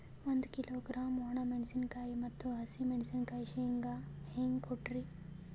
ಒಂದ ಕಿಲೋಗ್ರಾಂ, ಒಣ ಮೇಣಶೀಕಾಯಿ ಮತ್ತ ಹಸಿ ಮೇಣಶೀಕಾಯಿ ಹೆಂಗ ಕೊಟ್ರಿ?